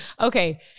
Okay